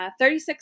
36